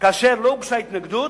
כאשר לא הוגשה התנגדות,